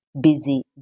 busy